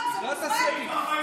38(ב) הוא אמר.